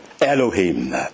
Elohim